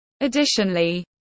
Additionally